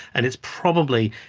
and it's probably,